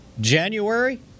January